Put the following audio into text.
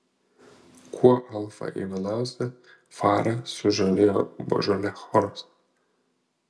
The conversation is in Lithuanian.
kuo alfą ivanauską farą sužavėjo božolė choras